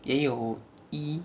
也有 E